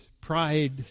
pride